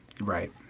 Right